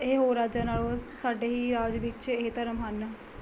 ਇਹ ਹੋਰ ਰਾਜਾਂ ਨਾਲੋਂ ਸਾਡੇ ਹੀ ਰਾਜ ਵਿੱਚ ਇਹ ਧਰਮ ਹਨ